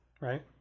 right